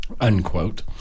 unquote